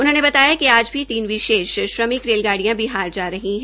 उन्होंने बताया कि आज भी तीन विशेष श्रमिक रेलगाडियां बिहार जा रही है